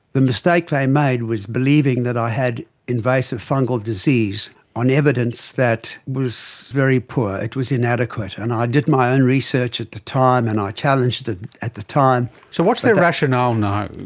the mistake they made was believing that i had invasive fungal disease on evidence that was very poor, it was inadequate. and i did my own research at the time and i challenged it at the time. so what's their rationale now?